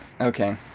okay